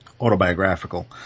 autobiographical